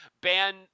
ban